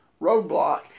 roadblock